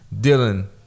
Dylan